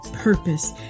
Purpose